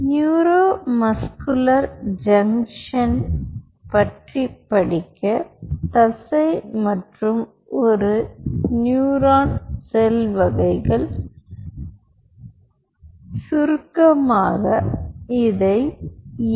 neuro muscular junction படிக்க தசை மற்றும் ஒரு நியூரான் செல் வகைகள் சுருக்கமாக இதை என்